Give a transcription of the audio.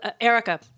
Erica